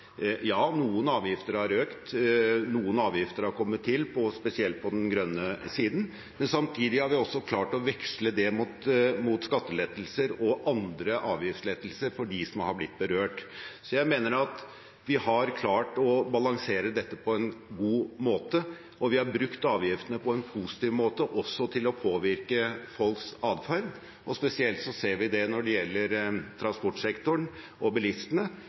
Ja, noen avgifter har økt, noen avgifter har kommet til, spesielt på den grønne siden, men samtidig har vi klart å veksle det mot skattelettelser og andre avgiftslettelser for dem som har blitt berørt. Så jeg mener at vi har klart å balansere dette på en god måte, og vi har brukt avgiftene på en positiv måte, også til å påvirke folks adferd. Spesielt ser vi det når det gjelder transportsektoren og bilistene,